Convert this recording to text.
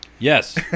yes